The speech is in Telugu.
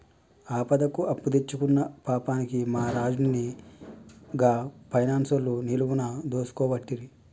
ఆపదకు అప్పుదెచ్చుకున్న పాపానికి మా రాజన్ని గా పైనాన్సోళ్లు నిలువున దోసుకోవట్టిరి